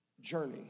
journey